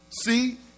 See